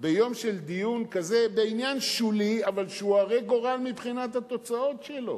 ביום של דיון כזה בעניין שולי שהוא אבל הרה גורל מבחינת התוצאות שלו.